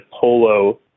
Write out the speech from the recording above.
Polo